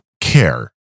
care